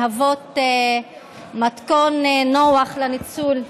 הוא מתכון נוח לניצול.